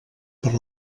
per